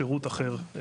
שירות אחר.